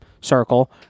circle